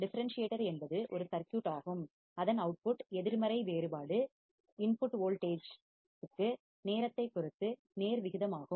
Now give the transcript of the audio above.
difference சியேட்டர் என்பது ஒரு circuit ஆகும் அதன் வெளியீடு அவுட்புட் எதிர்மறை வேறுபாடு உள்ளீட்டு மின்னழுத்தத்திற்கு இன்புட் வோல்டேஜ் நேரத்தை பொறுத்து நேர் விகிதமாகும்